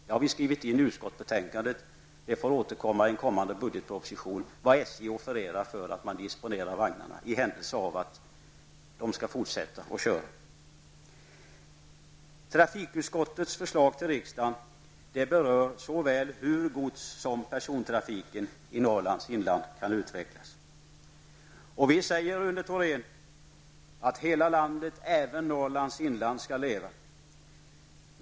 Det har vi skrivit in i utskottsbetänkandet och det får återkomma i kommande budgetproposition vad SJ offererar för att disponera vagnarna i händelse att de skall fortsätta användas. Trafikutskottets förslag till riksdagen berör såväl hur gods som persontrafiken i Norrlands inland kan utvecklas. Vi säger, Rune Thorén, att hela landet, även Norrlands inland, skall leva.